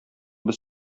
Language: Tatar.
без